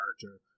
character